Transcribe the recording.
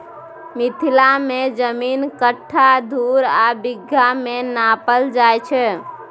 मिथिला मे जमीन कट्ठा, धुर आ बिगहा मे नापल जाइ छै